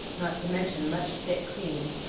not to mention much thick cream,